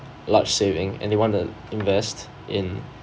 large saving and they want to invest in